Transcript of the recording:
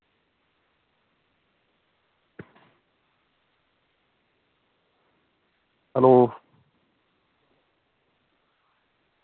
hello